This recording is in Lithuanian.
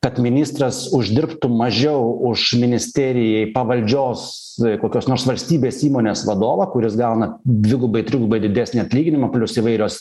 kad ministras uždirbtų mažiau už ministerijai pavaldžios kokios nors valstybės įmonės vadovą kuris gauna dvigubai trigubai didesnį atlyginimą plius įvairios